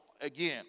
again